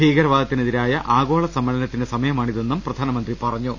ഭീകരവാദത്തിനെതിരായ ആഗോള സമ്മേ ളനത്തിന്റെ സമയമാണിതെന്ന് പ്രധാനമന്ത്രി പറഞ്ഞു